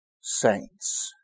saints